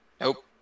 Nope